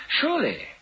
Surely